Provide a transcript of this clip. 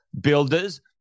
builders